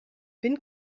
bin